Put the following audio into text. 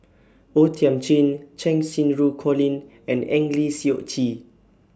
O Thiam Chin Cheng Xinru Colin and Eng Lee Seok Chee